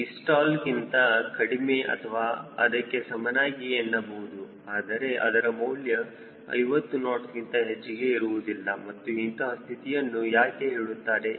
Vstallಕ್ಕಿಂತ ಕಡಿಮೆ ಅಥವಾ ಅದಕ್ಕೆ ಸಮನಾಗಿ ಎನ್ನಬಹುದು ಆದರೆ ಅದರ ಮೌಲ್ಯವು 50 ನಾಟ್ಸ್ ಗಿಂತ ಹೆಚ್ಚಿಗೆ ಇರುವುದಿಲ್ಲ ಮತ್ತು ಇಂತಹ ಸ್ಥಿತಿಯನ್ನು ಯಾಕೆ ಹೇಳುತ್ತಾರೆ